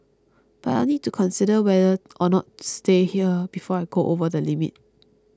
but I'll need to consider whether or not to stay here before I go over the limit